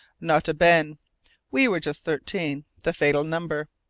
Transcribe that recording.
nota bene we were just thirteen the fatal number.